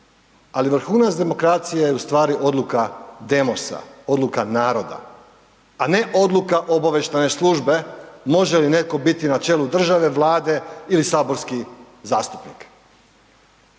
Ali, vrhunac demokracije je u stvari odluka demosa. Odluka naroda, a ne odluka obavještajne službe može li netko biti na čelu države, Vlade ili saborski zastupnik.